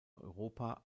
europa